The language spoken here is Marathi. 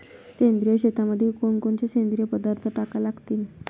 सेंद्रिय शेतीमंदी कोनकोनचे सेंद्रिय पदार्थ टाका लागतीन?